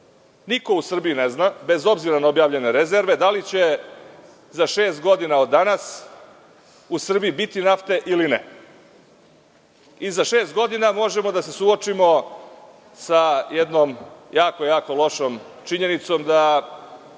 u Srbiji ne zna, bez obzira na objavljene rezerve, da li će za šest godina od danas u Srbiji biti nafte ili ne. Za šest godina možemo da se suočimo sa jednom jako lošom činjenicom, da